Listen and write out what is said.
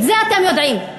את זה אתם יודעים,